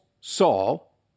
Saul